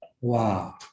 Wow